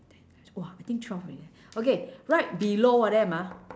ten e~ !wah! I think twelve already okay right below them ah